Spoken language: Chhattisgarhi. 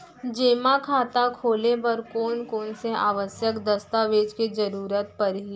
जेमा खाता खोले बर कोन कोन से आवश्यक दस्तावेज के जरूरत परही?